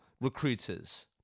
recruiters